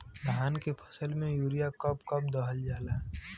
धान के फसल में यूरिया कब कब दहल जाला?